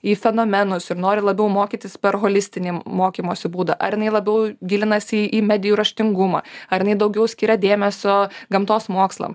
į fenomenus ir nori labiau mokytis per holistinį mokymosi būdą ar jinai labiau gilinasi į medijų raštingumą ar jinai daugiau skiria dėmesio gamtos mokslam